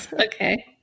Okay